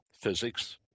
physics